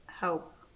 help